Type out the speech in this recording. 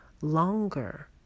longer